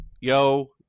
Yo